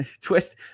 twist